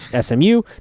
SMU